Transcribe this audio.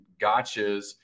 gotchas